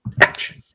action